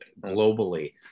globally